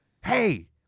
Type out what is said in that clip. Hey